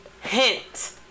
hint